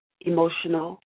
emotional